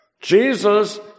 Jesus